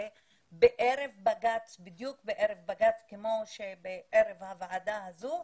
בערב בג"ץ, בדיוק, כמו שבערב הוועדה הזאת,